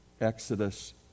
Exodus